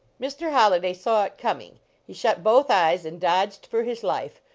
mr. holliday saw it coming he shut both eyes and dodged for his life,